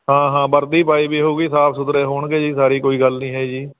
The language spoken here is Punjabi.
ਹਾਂ ਹਾਂ ਵਰਦੀ ਪਾਈ ਵੀ ਹੋਵੇਗੀ ਸਾਫ਼ ਸੁਥਰੇ ਹੋਣਗੇ ਜੀ ਸਾਰੀ ਕੋਈ ਗੱਲ ਨਹੀਂ ਹੈ ਜੀ